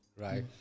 right